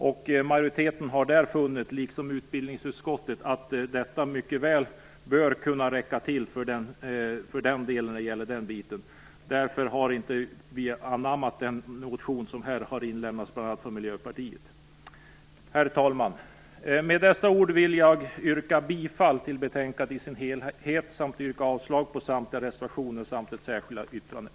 Liksom utbildningsutskottet har majoriteten funnit att detta mycket väl bör räcka till. Därför har vi inte anammat synpunkterna i den motion som lämnats in av bl.a. Miljöpartiet. Herr talman! Med dessa ord vill jag yrka bifall till utskottets hemställan i dess helhet samt yrka avslag på samtliga reservationer och det särskilda yttrandet.